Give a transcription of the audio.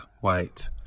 white